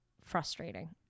frustrating